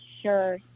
sure